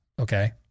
okay